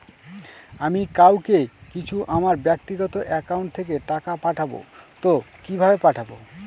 আমি কাউকে কিছু আমার ব্যাক্তিগত একাউন্ট থেকে টাকা পাঠাবো তো কিভাবে পাঠাবো?